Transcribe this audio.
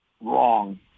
wrong